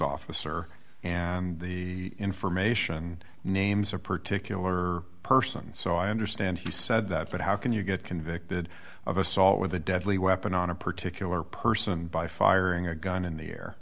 officer and the information names a particular person so i understand he said that but how can you get convicted of assault with a deadly weapon on a particular person by firing a gun in the air